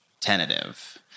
tentative